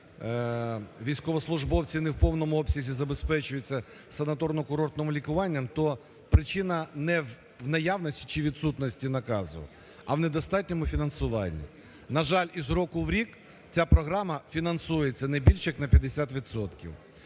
військовослужбовці не в повному обсязі забезпечуються санаторно-курортним лікуванням? То причина не в наявності чи відсутності наказу, а в не достатньому фінансуванні. На жаль, з року в рік ця програма фінансується не більше як на 50